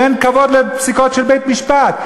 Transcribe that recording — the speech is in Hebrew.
שאין כבוד לפסיקות של בית-משפט,